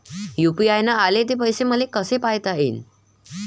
UPI न आले ते पैसे मले कसे पायता येईन?